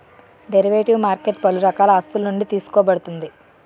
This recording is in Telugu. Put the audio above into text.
డెరివేటివ్ మార్కెట్ పలు రకాల ఆస్తులునుండి తీసుకోబడుతుంది